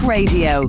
Radio